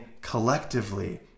collectively